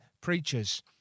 preachers